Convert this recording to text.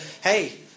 Hey